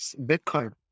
Bitcoin